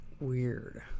Weird